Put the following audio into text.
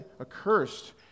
accursed